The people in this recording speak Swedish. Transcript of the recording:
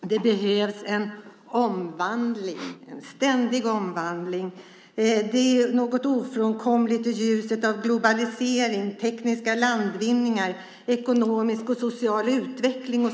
det behövs en omvandling, en ständig omvandling: "Det är något ofrånkomligt i ljuset av globalisering, tekniska landvinningar och ekonomisk och social utveckling."